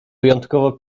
wyjątkowo